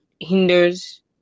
hinders